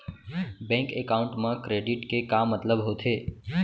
Bank account मा credit के का मतलब होथे?